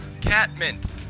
Catmint